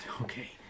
okay